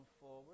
forward